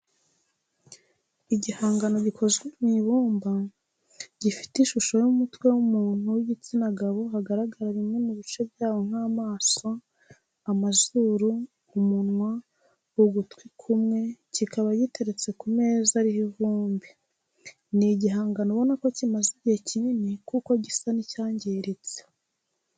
Igihangano gikoze mu ibumba gifite ishusho y'umutwe w'umuntu w'igitsina gabo hagaragara bimwe mu bice byawo nk'amaso, amazuru, umunwa, ugutwi kumwe kikaba giteretse ku meza ariho ivumbi, ni igihangano ubona ko kimaze igihe kinini kuko gisa n'icyangiritse.